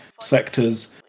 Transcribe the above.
sectors